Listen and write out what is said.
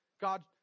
God